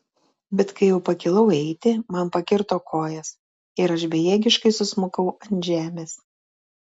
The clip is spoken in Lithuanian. bet kai jau pakilau eiti man pakirto kojas ir aš bejėgiškai susmukau ant žemės